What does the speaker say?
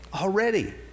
Already